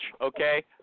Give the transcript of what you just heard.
okay